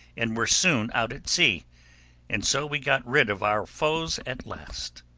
and were soon out at sea and so we got rid of our foes at last.